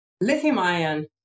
lithium-ion